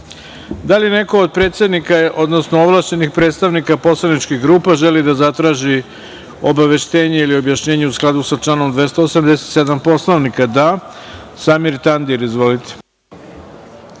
li neko od predsednika, odnosno ovlašćenih predstavnika poslaničkih grupa želi da zatraži obaveštenje ili objašnjenje, u skladu sa članom 287. Poslovnika? (Da.)Narodni poslanik